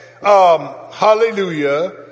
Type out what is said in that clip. Hallelujah